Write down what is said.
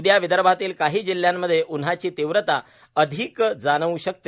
उदया विदर्भातील काही जिल्ह्यांमध्ये उन्हाची तीव्रता अधिक जाणवू शकते